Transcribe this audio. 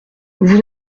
vous